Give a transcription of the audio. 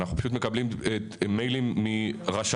אנחנו פשוט מקבלים מיילים מרשמות.